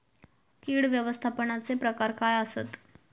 कीड व्यवस्थापनाचे प्रकार काय आसत?